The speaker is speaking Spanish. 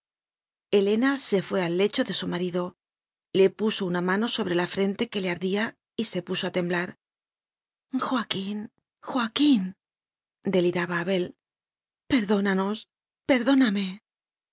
helena se fué al lecho de su marido le puso una mano sobre la frente que le ardía y se puso a temblar joaquín joaquínde liraba abel perdónanos perdóname